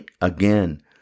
again